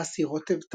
טראסי, רוטב